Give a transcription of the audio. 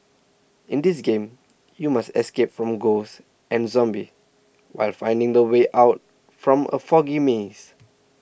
in this game you must escape from ghosts and zombies while finding the way out from a foggy maze